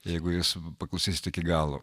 jeigu jūs paklausysit iki galo